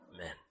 amen